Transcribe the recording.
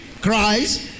Christ